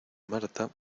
marta